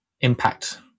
impact